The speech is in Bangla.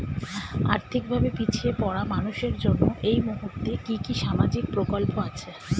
আর্থিক ভাবে পিছিয়ে পড়া মানুষের জন্য এই মুহূর্তে কি কি সামাজিক প্রকল্প আছে?